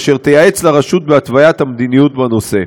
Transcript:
והיא תייעץ לרשות בהתוויית מדיניות בנושא.